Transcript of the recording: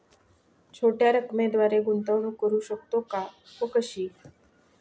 छोट्या रकमेद्वारे गुंतवणूक करू शकतो का व कशी?